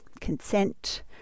consent